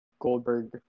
Goldberg